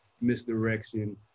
misdirection